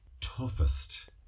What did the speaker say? Toughest